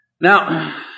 Now